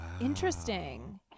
Interesting